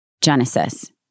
Genesis